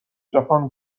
جهان